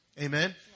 amen